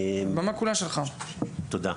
תודה.